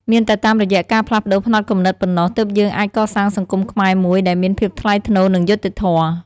មានតែតាមរយៈការផ្លាស់ប្តូរផ្នត់គំនិតប៉ុណ្ណោះ ទើបយើងអាចកសាងសង្គមខ្មែរមួយដែលមានភាពថ្លៃថ្នូរ និងយុត្តិធម៌។